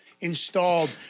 installed